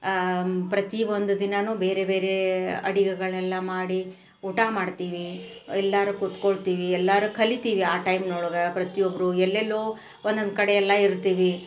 ಪ್ರತಿ ಒಂದು ದಿನನು ಬೇರೆ ಬೇರೆ ಅಡಿಗೆಗಳೆಲ್ಲ ಮಾಡಿ ಊಟ ಮಾಡ್ತೀವಿ ಎಲ್ಲರು ಕೂತ್ಕೊಳ್ತೀವಿ ಎಲ್ಲರು ಕಲಿತೀವಿ ಆ ಟೈಮ್ನೊಳ್ಗೆ ಪ್ರತಿ ಒಬ್ಬರು ಎಲ್ಲೆಲ್ಲೊ ಒದೊಂದ್ ಕಡೆ ಎಲ್ಲ ಇರ್ತೀವಿ